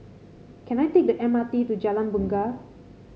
can I take the M R T to Jalan Bungar